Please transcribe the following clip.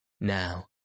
Now